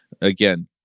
again